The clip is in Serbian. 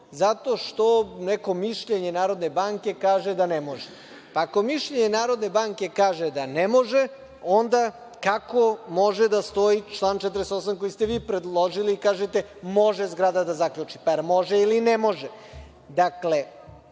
zato što neko mišljenje NBS kaže da ne može. Pa, ako mišljenje NBS kaže da ne može, onda kako može da stoji član 48. koji ste vi predložili i kažete može zgrada da zaključi. Pa, da li može